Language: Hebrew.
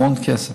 המון כסף,